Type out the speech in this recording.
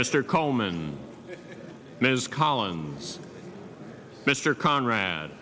mr coleman ms collins mr conrad